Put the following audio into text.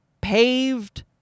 paved